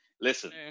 Listen